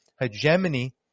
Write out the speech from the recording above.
hegemony